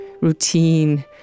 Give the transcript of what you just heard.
routine